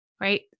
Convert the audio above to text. right